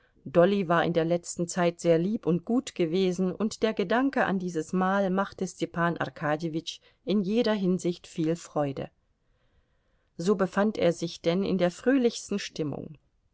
dolly war in der letzten zeit sehr lieb und gut gewesen und der gedanke an dieses mahl machte stepan arkadjewitsch in jeder hinsicht viel freude so befand er sich denn in der fröhlichsten stimmung